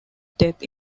death